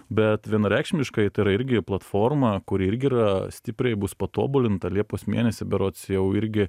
bet vienareikšmiškai tai yra irgi platforma kuri irgi yra stipriai bus patobulinta liepos mėnesį berods jau irgi